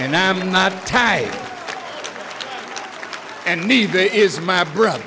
and i am not and neither is my brother